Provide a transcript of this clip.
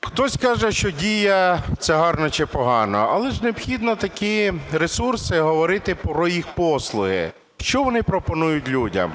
Хтось каже, що "Дія" – це гарно чи погано. Але ж необхідно такі ресурси, говорити про їх послуги. Що вони пропонують людям?